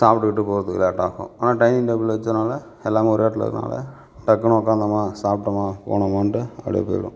சாப்பிட்டுட்டு போகிறதுக்கு லேட்டாகும் ஆனால் டைனிங் டேபிள் வச்சதனால் எல்லாமே ஒரே இடத்தில் இருக்கிறதுனால டக்குன்னு உக்கார்ந்தோமா சாப்பிட்டோமா போனோமாண்கிட்டு அப்படியே போய்டும்